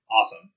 Awesome